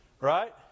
right